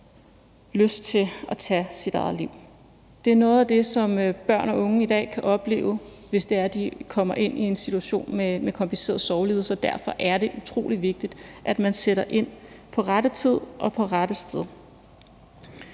lyst til at tage sit eget liv. Det er noget af det, som børn og unge i dag kan opleve, hvis de kommer ind i en situation med en kompliceret sorglidelse, og derfor er det utrolig vigtigt, at man sætter ind i rette tid og på rette sted.